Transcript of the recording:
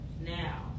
now